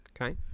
okay